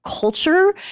culture